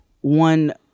one